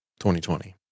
2020